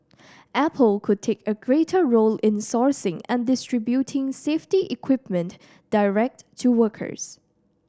apple could take a greater role in sourcing and distributing safety equipment direct to workers